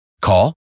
Call